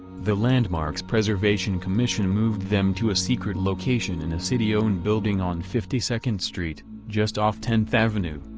the landmarks preservation commission moved them to a secret location in a city-owned building on fifty second street, just off tenth avenue.